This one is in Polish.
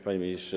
Panie Ministrze!